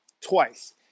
twice